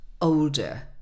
older